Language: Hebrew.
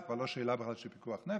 זו כבר בכלל לא שאלה של פיקוח נפש,